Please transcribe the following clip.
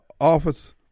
office